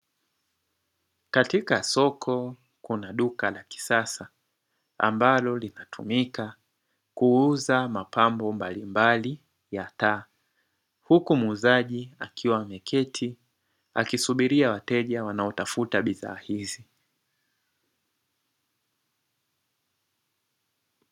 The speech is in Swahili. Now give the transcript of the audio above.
Katika soko kuna duka la kisasa ambalo linatumika kuuza mapambo mbalimbali ya taa, huku muuzaji akiwa ameketi akisubiria wateja wanaotafuta bidhaa hizi.